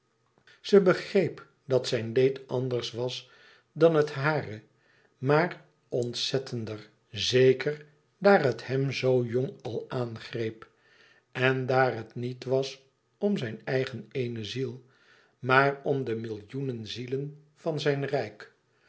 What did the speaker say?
ze begreep dat zijn leed anders was dan het hare maar ontzettender zeker daar het hem zoo jong al aangreep en daar het niet was om zijne eigen éene ziel maar om de millioenen zielen van zijn rijk